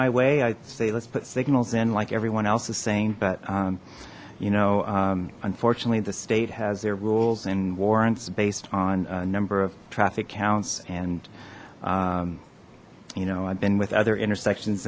my way i say let's put signals in like everyone else is saying but you know unfortunately the state has their rules and warrants based on a number of traffic counts and you know i've been with other intersections